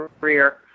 career